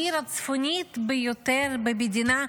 העיר הצפונית ביותר במדינה,